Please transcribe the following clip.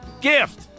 Gift